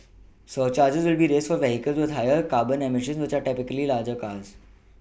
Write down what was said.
surcharges will be raised for vehicles with higher carbon eMissions which are typically larger cars